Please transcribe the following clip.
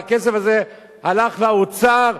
והכסף הזה הלך לאוצר,